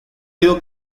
sido